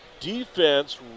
Defense